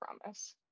promise